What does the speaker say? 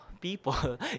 people